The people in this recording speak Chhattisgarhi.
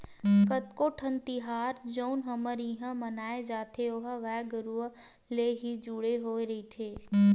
कतको ठन तिहार जउन हमर इहाँ मनाए जाथे ओहा गाय गरुवा ले ही जुड़े होय रहिथे